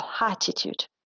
attitude